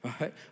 right